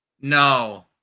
No